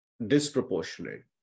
disproportionate